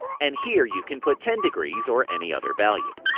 and here you can put ten degree or any other value.